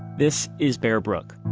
this is bear brook,